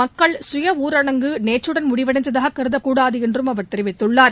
மக்கள் சுய ஊரடங்குநேற்றுடன் முடிவடைந்ததாககருதக் கூடாதுஎன்றுதெரிவித்துள்ளார்